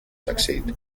succeed